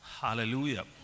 Hallelujah